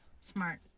Smart